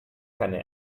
keine